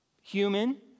human